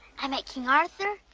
i met king arthur,